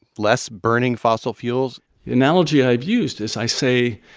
less burning fossil fuels the analogy i've used is i say,